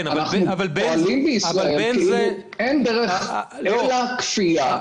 אנחנו פועלים בישראל כאילו אין דרך אחרת אלא כפייה.